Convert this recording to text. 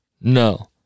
No